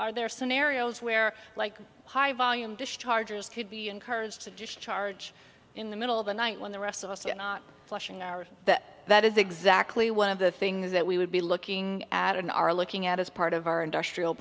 are there scenarios where like high volume discharges could be encouraged to discharge in the middle of the night when the rest of us are not flushing now or that that is exactly one of the things that we would be looking at and are looking at as part of our industrial